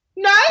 No